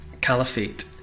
Caliphate